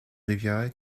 rivière